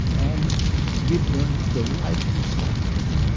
and give them the right responses.